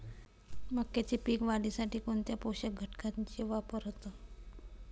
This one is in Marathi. मक्याच्या पीक वाढीसाठी कोणत्या पोषक घटकांचे वापर होतो?